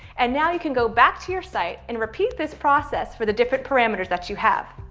and now you can go back to your site and repeat this process for the different parameters that you have.